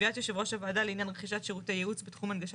קביעת יושב ראש הוועדה לעניין רכישת שירותי ייעוץ בתחום הנגשה